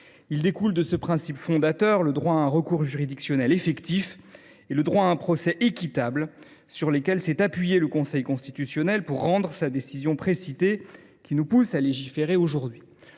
». Découle de ce principe fondateur le droit à un recours juridictionnel effectif et le droit à un procès équitable, droits sur lesquels s’est appuyé le Conseil constitutionnel pour rendre sa décision précitée qui nous pousse à légiférer aujourd’hui.